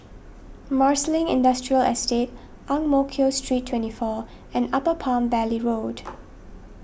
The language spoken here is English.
Marsiling Industrial Estate Ang Mo Kio Street twenty four and Upper Palm Valley Road